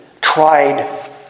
tried